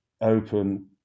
open